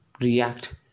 react